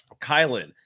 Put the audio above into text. Kylan